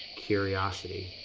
curiosity.